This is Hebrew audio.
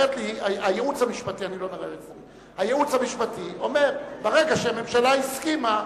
הייעוץ המשפטי אומר: ברגע שהממשלה הסכימה,